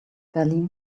berlin